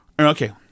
okay